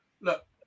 look